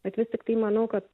bet vis tiktai manau kad